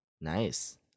Nice